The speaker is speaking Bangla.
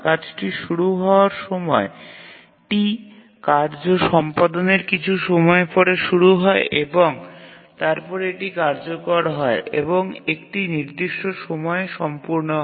কাজটি শুরু হওয়ায় সময় T কার্য সম্পাদন কিছু সময়ের পরে শুরু হয় এবং তারপরে এটি কার্যকর হয় এবং একটি নির্দিষ্ট সময়ে সম্পূর্ণ হয়